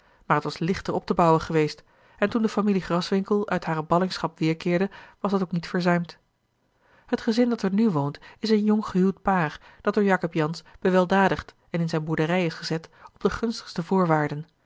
maar het was lichter op te bouwen geweest en toen de familie graswinckel uit hare ballingschap weêrkeerde was dat ook niet verzuimd het gezin dat er nu woont is een jong gehuwd paar dat door jacob jansz beweldadigd en in zijne boerderij is gezet op de gunstigste voorwaarden